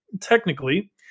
technically